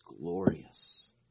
glorious